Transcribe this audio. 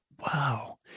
wow